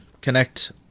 connect